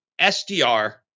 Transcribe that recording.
sdr